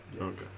Okay